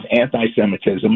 anti-Semitism